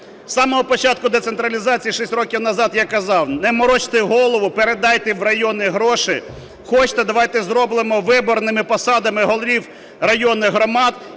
З самого початку децентралізації, шість років назад, я казав: не морочте голову, передайте в райони гроші, хочете – давайте зробимо виборними посадами голів районних громад,